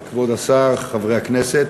כבוד השר, חברי הכנסת,